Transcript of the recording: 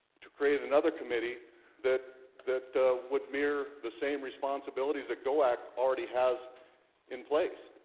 to create another committee that that would mirror the same responsibilities that go act already has in place